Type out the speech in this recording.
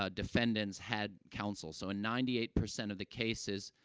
ah defendants had counsel. so, in ninety eight percent of the cases,